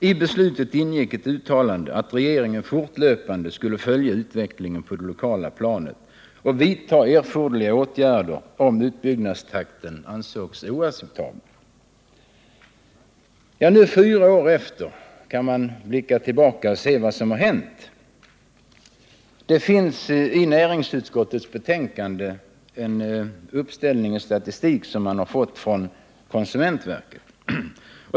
I beslutet ingick ett uttalande att rege ringen fortlöpande skulle följa utvecklingen på det lokala planet och vidta erforderliga åtgärder om utbyggnadstakten ansågs oacceptabel. Nu, fyra år därefter, kan vi blicka tillbaka på vad som har hänt. Det finns i näringsutskottets betänkande en statistik från konsumentverket.